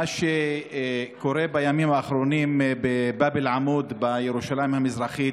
מה שקורה בימים האחרונים בבאב אל-עמוד בירושלים המזרחית,